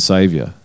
Saviour